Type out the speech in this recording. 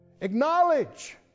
Acknowledge